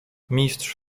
mistrz